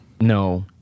No